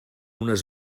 unes